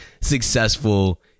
successful